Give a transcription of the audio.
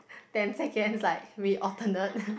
ten seconds like we alternate